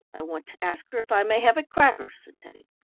i want to ask her if i may have a cracker, said teddy.